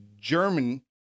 German